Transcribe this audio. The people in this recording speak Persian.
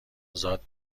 ازاد